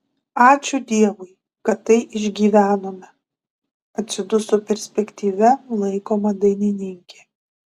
ačiū dievui kad tai išgyvenome atsiduso perspektyvia laikoma dainininkė